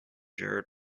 jared